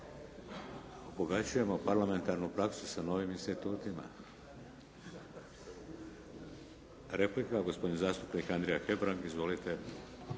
Obogaćujemo parlamentarnu praksu sa novim institutima. Replika, gospodin zastupnik Andrija Hebrang.